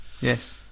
Yes